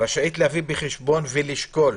להביא בחשבון ולשקול.